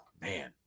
Man